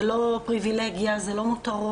זה לא פריבילגיה, זה לא מותרות,